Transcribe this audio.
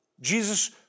Jesus